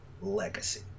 legacy